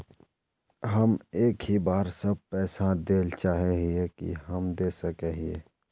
हम एक ही बार सब पैसा देल चाहे हिये की हम दे सके हीये?